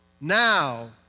Now